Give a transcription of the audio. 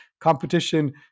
competition